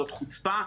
זאת חוצפה,